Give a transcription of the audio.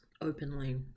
openly